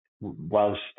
whilst